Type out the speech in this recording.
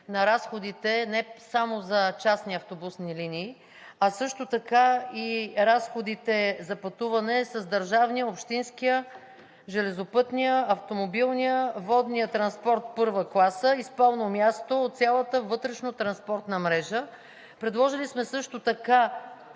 на разходите не само за частни автобусни линии, а също така и разходите за пътуване с държавния, общинския, железопътния, автомобилния, водния транспорт – първа класа, и спално място от цялата вътрешно-транспортна мрежа. Предложили сме също така